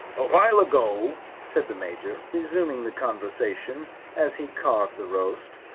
a while ago, said the major, resuming the conversation as he carved the roast,